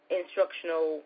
instructional